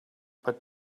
but